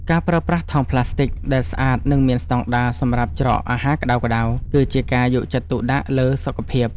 ការប្រើប្រាស់ថង់ប្លាស្ទិកដែលស្អាតនិងមានស្តង់ដារសម្រាប់ច្រកអាហារក្តៅៗ គឺជាការយកចិត្តទុកដាក់លើសុខភាព។